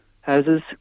houses